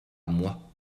moi